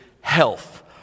health